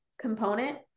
component